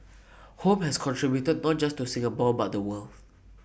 home has contributed not just to Singapore but the world